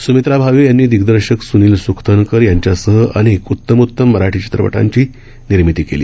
सुमित्रा भावे यांनी दिग्दर्शक सुनील सुकथनकर यांच्यासह अनेक उत्तमोत्तम मराठी चित्रपटांची निर्मिती केली